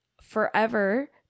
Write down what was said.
forever